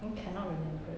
I cannot remember eh